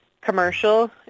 commercial